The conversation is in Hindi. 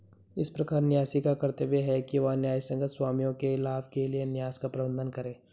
इस प्रकार न्यासी का कर्तव्य है कि वह न्यायसंगत स्वामियों के लाभ के लिए न्यास का प्रबंधन करे